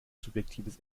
subjektives